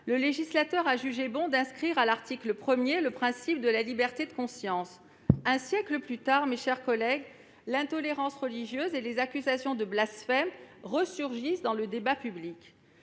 le législateur a jugé bon d'inscrire à l'article 1 le principe de la liberté de conscience. Un siècle plus tard, l'intolérance religieuse et les accusations de blasphème resurgissent dans le débat public.